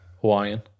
Hawaiian